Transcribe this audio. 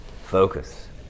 Focus